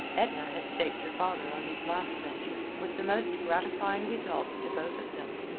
edna had staked her father on his last venture, with the most gratifying results to both of them.